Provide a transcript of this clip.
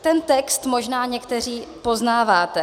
Ten text možná někteří poznáváte.